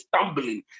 stumbling